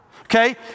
okay